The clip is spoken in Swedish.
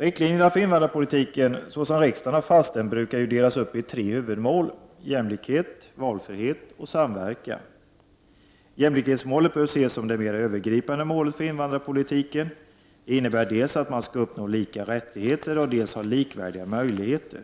Riktlinjerna för invandrarpolitiken, såsom riksdagen har fastställt dem, brukar delas upp i tre huvudmål: jämlikhet, valfrihet och samverkan. Jämlikhetsmålet bör ses som det mera övergripande målet för invandrarpolitiken. Det innebär dels att man skall uppnå lika rättigheter, dels att man skall ha likvärdiga möjligheter.